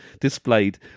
displayed